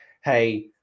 hey